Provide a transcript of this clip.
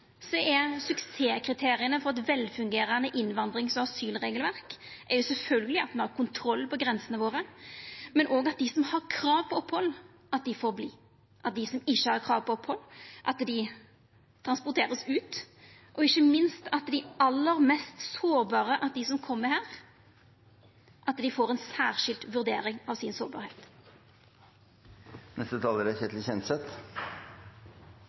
er suksesskriteria for eit velfungerande innvandrings- og asylregelverk sjølvsagt at me har kontroll på grensene våre, men òg at dei som har krav på opphald, får vera, at dei som ikkje har krav på opphald, vert transporterte ut, og ikkje minst at dei aller mest sårbare av dei som kjem hit, får ei særskild vurdering av si sårbarheit. Representanten Ketil Kjenseth